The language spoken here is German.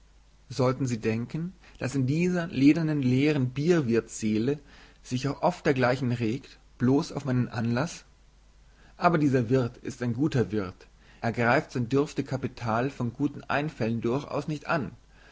sollten sie denken daß in dieser ledernen leeren bierwirtsseele sich auch oft dergleichen regt bloß auf meinen anlaß aber dieser wirt ist ein guter wirt er greift sein dürftig kapital von guten einfällen durchaus nicht an